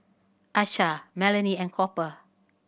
Achsah Melony and Cooper